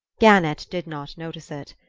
gannett did not notice it.